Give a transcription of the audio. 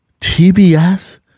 TBS